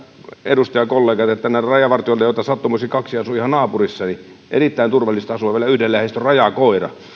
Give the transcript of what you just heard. edustajakollegat että nämä rajavartijat joita sattumoisin kaksi asuu ihan naapurissani erittäin turvallista asua vielä yhdellä heistä on rajakoira